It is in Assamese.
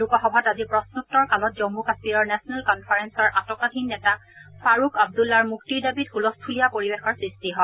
লোকসভাত আজি প্ৰশ্নোত্তৰ কালত জম্ম কাম্মীৰৰ নেশ্যনেল কনফাৰেন্সৰ আটকাধীন নেতা ফাৰুক আব্দুল্লাৰ মুক্তিৰ দাবীত ছলস্থূলীয়া পৰিৱেশৰ সৃষ্টি হয়